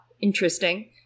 Interesting